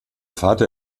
vater